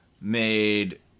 made